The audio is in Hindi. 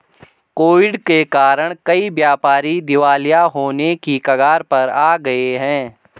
कोविड के कारण कई व्यापारी दिवालिया होने की कगार पर आ गए हैं